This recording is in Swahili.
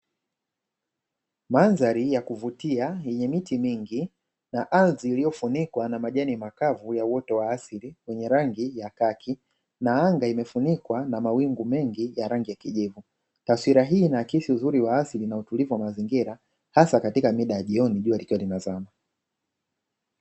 Mandhari ya kuvutia yenye miti mingi na ardhi iliyofunikwa na majani makavu ya uoto wa asili yenye rangi ya kaki na anga imefunikwa na mawingu mengi ya rangi ya kijivu. Taswira hii inaakisi uzuri wa asili na utulivu wa mazingira hasa katika mida ya jioni jua likiwa limezama.